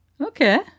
Okay